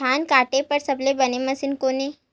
धान काटे बार सबले बने मशीन कोन हे?